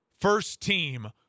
first-team